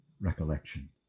recollection